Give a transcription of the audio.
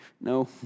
No